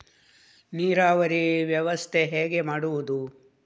ನೀರಾವರಿ ವ್ಯವಸ್ಥೆ ಹೇಗೆ ಮಾಡುವುದು?